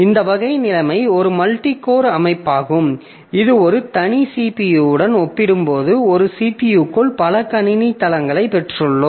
இந்த வகை நிலைமை ஒரு மல்டி கோர் அமைப்பாகும் இது ஒரு தனி CPU உடன் ஒப்பிடும்போது ஒரே CPU க்குள் பல கணினி தளங்களை பெற்றுள்ளோம்